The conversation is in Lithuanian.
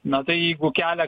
na tai jeigu kelia